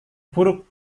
buruk